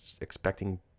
expecting